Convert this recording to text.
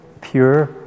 pure